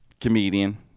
comedian